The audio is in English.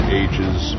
ages